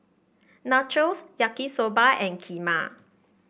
Nachos Yaki Soba and Kheema